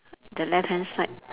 the left hand side